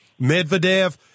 Medvedev